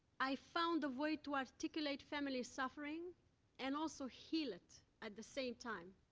i found a way to articulate family suffering and also heal it at the same time.